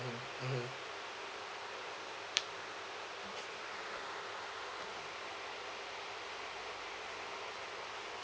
mmhmm